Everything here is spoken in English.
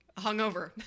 hungover